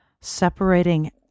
separating